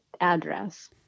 address